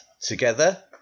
together